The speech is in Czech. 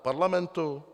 Parlamentu?